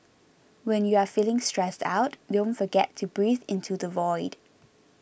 when you are feeling stressed out don't forget to breathe into the void